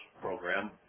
program